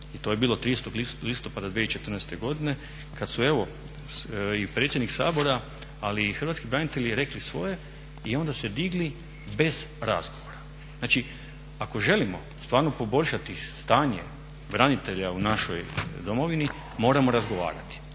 i to je bilo 30. listopada 2014. godine kad su evo i predsjednik Sabora, ali i hrvatski branitelji rekli svoje i onda se digli bez razgovora. Znači ako želimo stvarno poboljšati stanje branitelja u našoj domovini moramo razgovarati,